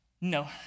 No